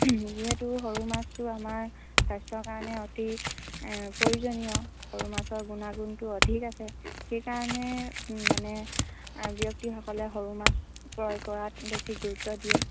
যিহেতু সৰু মাছটো আমাৰ স্বাস্থ্যৰ কাৰণে অতি প্ৰয়োজনীয় সৰু মাছৰ গুণাগুণটো অধিক আছে সেইকাৰণে মানে ব্যক্তিসকলে সৰু মাছ ক্ৰয় কৰাত বেছি গুৰুত্ব দিয়ে